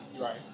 Right